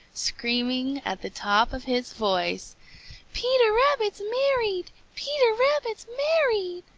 screaming at the top of his voice peter rabbit's married! peter rabbit's married!